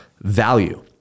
value